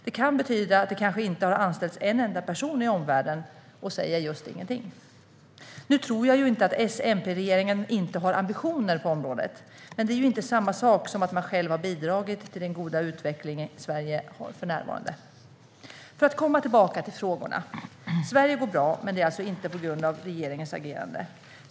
Den kan betyda att det kanske inte har anställts en enda person i omvärlden och säger just ingenting. Nu tror jag ju inte att S-MP-regeringen inte har ambitioner på området, men det är ju inte samma sak som att man själv har bidragit till den goda utveckling som Sverige har för närvarande. För att komma tillbaka till frågorna: Sverige går bra men det är alltså inte på grund av regeringens agerande.